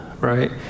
right